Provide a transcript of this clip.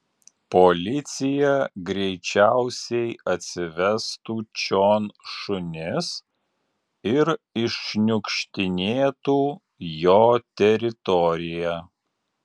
policija greičiausiai atsivestų čion šunis ir iššniukštinėtų jo teritoriją